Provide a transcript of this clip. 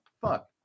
Fuck